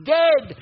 dead